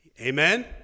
Amen